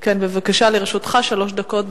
בבקשה, לרשותך שלוש דקות.